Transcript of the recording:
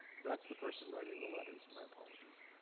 that's the person writing the letters, my apologies.